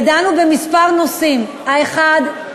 ודנו בכמה נושאים: האחד,